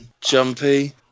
jumpy